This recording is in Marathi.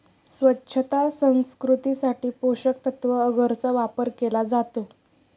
स्वच्छता संस्कृतीसाठी पोषकतत्त्व अगरचा वापर केला जातो